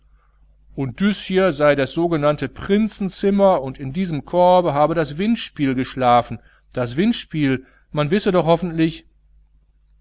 und düs hier sei das sogenannte prinzenzimmer und in diesem korbe habe das windspiel geschlafen das windspiel man wisse doch hoffentlich